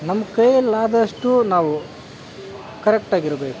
ನಮ್ಮ ಕೈಯಲ್ಲಾದಷ್ಟು ನಾವು ಕರೆಕ್ಟಾಗಿರಬೇಕು